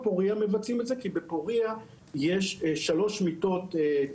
שאמר פרופ' ברהום,